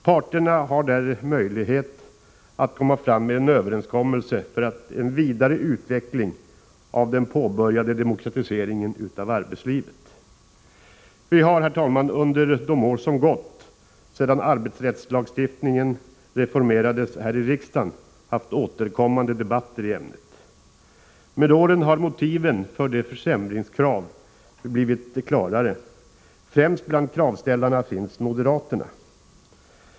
Parterna har där möjlighet att komma fram med en överenskommelse för en vidare utveckling av den påbörjade demokratiseringen av arbetslivet. Vi har, herr talman, under de år som gått sedan arbetsrättslagstiftningen reformerades här i riksdagen haft återkommande debatter i ämnet. Med åren har motiven för försämringskraven blivit klarare. Främst bland kravställarna finns moderaterna.